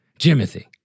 Jimothy